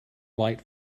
white